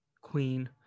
Queen